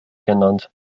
genannt